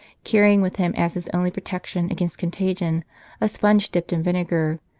carrying with him as his only protection against contagion a sponge dipped in vinegar,